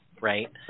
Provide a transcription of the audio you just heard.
right